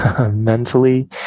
Mentally